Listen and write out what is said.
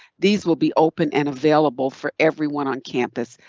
these will be open and available for everyone on campus.